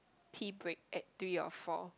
tea break at three or four